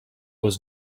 was